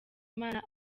imana